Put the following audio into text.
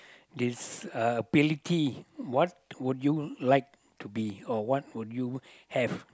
this uh ability what would you like to be or what would you have